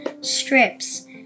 strips